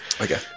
Okay